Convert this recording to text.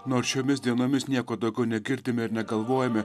nors šiomis dienomis nieko daugiau negirdime ir negalvojame